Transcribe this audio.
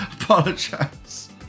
apologize